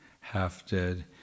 half-dead